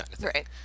right